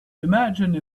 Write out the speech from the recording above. imagine